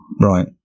Right